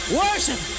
worship